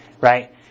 right